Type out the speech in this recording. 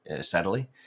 steadily